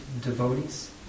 devotees